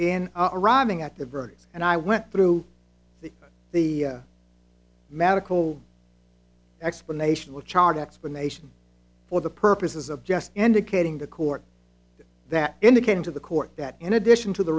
birds and i went through the medical explanation with charge explanation for the purposes of just indicating the court that indicated to the court that in addition to the